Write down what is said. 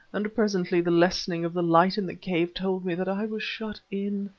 and presently the lessening of the light in the cave told me that i was shut in.